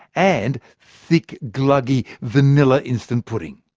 and thick gluggy vanilla instant pudding.